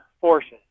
forces